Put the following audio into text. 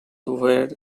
where